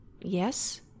Yes